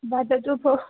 वदतु भोः